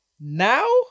Now